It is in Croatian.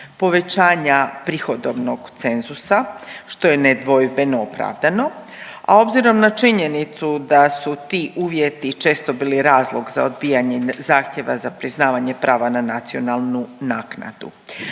povećanja prihodovnog cenzusa što je nedvojbeno opravdano, a obzirom na činjenicu da su ti uvjeti često bili razlog za odbijanje zahtjeva za priznavanje prava na nacionalnu naknadu.